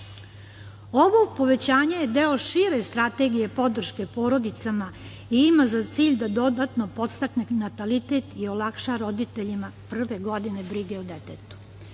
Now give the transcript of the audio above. povećanje je deo šire strategije podrške porodicama i ima za cilj da dodatno podstakne natalitet i olakša roditeljima prve godine brige o detetu.